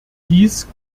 dies